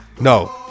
No